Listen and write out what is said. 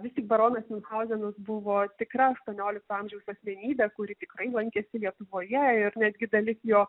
vis tik baronas miunchauzenas buvo tikra aštuoniolikto amžiaus asmenybė kuri tikrai lankėsi lietuvoje ir netgi dalis jo